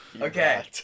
Okay